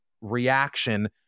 reaction